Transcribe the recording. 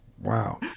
Wow